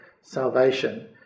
salvation